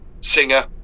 singer